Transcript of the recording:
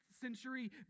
century